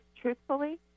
truthfully